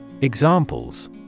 Examples